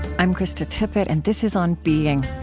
i'm krista tippett, and this is on being.